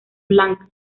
blanc